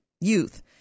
youth